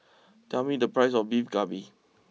tell me the price of Beef Galbi